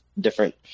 different